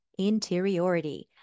interiority